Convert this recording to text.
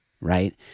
right